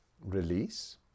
Release